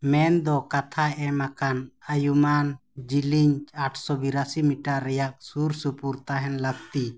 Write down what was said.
ᱢᱮᱱ ᱫᱚ ᱠᱟᱛᱷᱟ ᱮᱢ ᱟᱠᱟᱱ ᱟᱭᱩᱢᱟᱱ ᱡᱮᱞᱮᱧ ᱟᱴᱥᱚ ᱵᱤᱨᱟᱥᱤ ᱨᱮᱭᱟᱜ ᱥᱩᱨᱼᱥᱩᱯᱩᱨ ᱛᱟᱦᱮᱱ ᱞᱟᱹᱠᱛᱤ